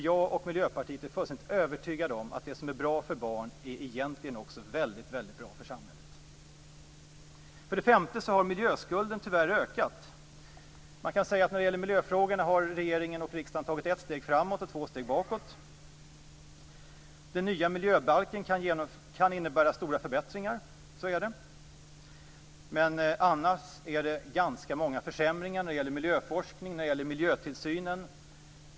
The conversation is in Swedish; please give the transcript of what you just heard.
Jag och Miljöpartiet är nämligen fullständigt övertygade om att det som är bra för barn egentligen också är väldigt bra för samhället. För det femte har miljöskulden tyvärr ökat. Man kan säga att när det gäller miljöfrågorna har regeringen och riksdagen tagit ett steg framåt och två steg bakåt. Den nya miljöbalken kan innebära stora förbättringar, så är det. Men annars är det ganska många försämringar när det gäller miljöforskningen och miljötillsynen.